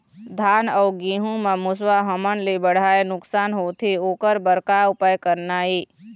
धान अउ गेहूं म मुसवा हमन ले बड़हाए नुकसान होथे ओकर बर का उपाय करना ये?